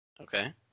Okay